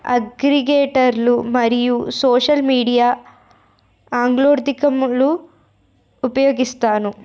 అగ్రిగేటర్లు మరియు social media ఆంగ్లోర్థకంలు ఉపయోగిస్తాను